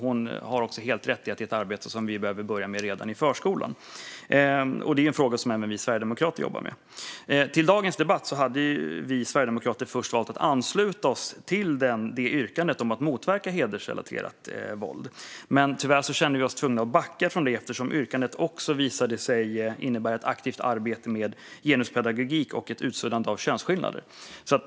Hon har också helt rätt i att det är ett arbete som vi behöver börja med redan i förskolan. Det är en fråga som även vi sverigedemokrater jobbar med. Inför dagens debatt hade vi sverigedemokrater först valt att ansluta oss till Liberalernas yrkande om att motverka hedersrelaterat våld. Tyvärr kände vi oss dock tvungna att backa från det eftersom yrkandet också visade sig innebära ett aktivt arbete med genuspedagogik och ett utsuddande av könsskillnader.